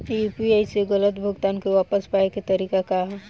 UPI से गलत भुगतान के वापस पाये के तरीका का ह?